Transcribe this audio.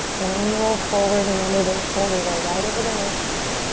when you roll forward remember those shoulders are right over the wrists.